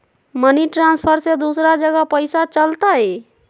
Money transfer से दूसरा जगह पईसा चलतई?